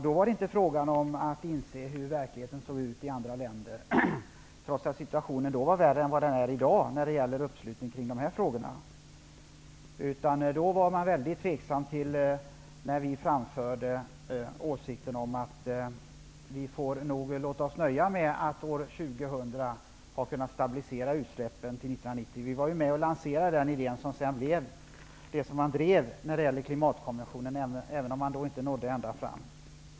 Då var det inte fråga om att inse hur verkligheten ser ut i andra länder, trots att situationen då var värre än vad den är i dag när det gäller uppslutning kring de här frågorna. Man var mycket tveksam när vi framförde åsikten om att vi nog får låta oss nöja med att stabilisera utsläppen fram till år 2000. Vi var med om att lansera den idén, som sedan kom att drivas när det gällde klimatkonventionen, även man då inte nådde ända fram.